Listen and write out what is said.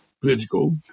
political